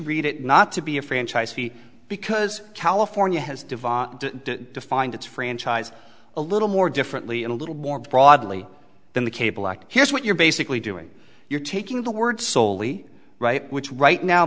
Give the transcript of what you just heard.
read it not to be a franchise fee because california has devolved to defined its franchise a little more differently and a little more broadly than the cable act here's what you're basically doing you're taking the word solely right which right now